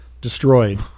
destroyed